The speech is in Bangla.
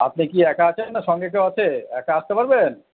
আপনি কি একা আছেন না সঙ্গে কেউ আছে একা আসতে পারবেন